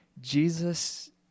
Jesus